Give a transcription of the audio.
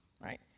right